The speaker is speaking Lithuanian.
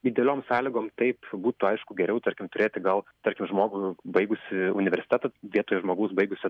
idealiom sąlygom taip būtų aišku geriau tarkim turėti gal tarkim žmogų baigusį universitetą vietoj žmogaus baigusio